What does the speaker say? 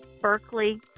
Berkeley